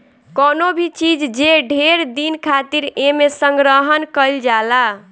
कवनो भी चीज जे ढेर दिन खातिर एमे संग्रहण कइल जाला